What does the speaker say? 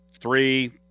three